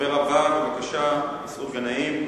הדובר הבא, חבר הכנסת מסעוד גנאים.